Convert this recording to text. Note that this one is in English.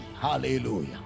Hallelujah